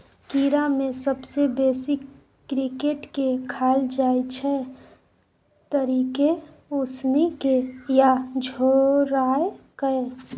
कीड़ा मे सबसँ बेसी क्रिकेट केँ खाएल जाइ छै तरिकेँ, उसनि केँ या झोराए कय